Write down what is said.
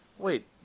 Wait